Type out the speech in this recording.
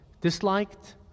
disliked